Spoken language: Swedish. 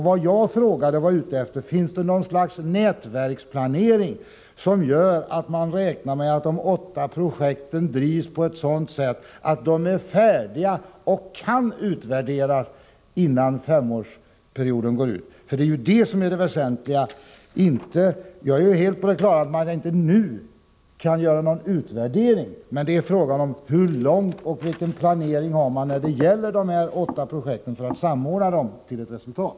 Vad jag var ute efter med min fråga var: Finns det något slags nätverksplanering som gör att man räknar med att de åtta projekten drivs på ett sådant sätt att de är färdiga och kan utvärderas, innan femårsperioden går ut? Det är ju detta som är det väsentliga. Jag är helt på det klara med att man inte nu kan göra någon utvärdering, men det är fråga om hur långt man har kommit och vilken planering man har när det gäller att samordna dessa åtta projekt till ett resultat.